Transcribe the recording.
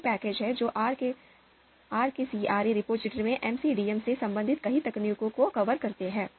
कई पैकेज हैं जो आर के सीआरएएन रिपॉजिटरी में एमसीडीएम से संबंधित कई तकनीकों को कवर करते हैं